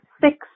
six